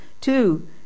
two